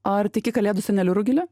ar tiki kalėdų seneliu rugile